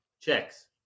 checks